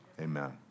Amen